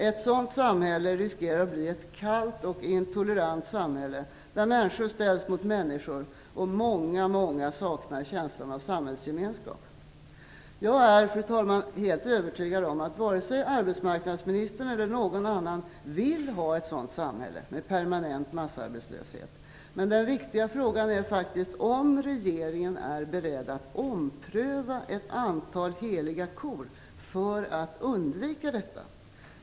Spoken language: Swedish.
Ett sådant samhälle riskerar att bli kallt och intolerant, ett samhälle där människor ställs mot människor, och många många saknar känslan av samhällsgemenskap. Jag är, fru talman, helt övertygad om att varken arbetsmarknadsministern eller någon annan vill ha ett samhälle med permanent massarbetslöshet, men den viktiga frågan är faktiskt om regeringen är beredd att göra omprövningar och att slakta ett antal heliga kor för att undvika detta.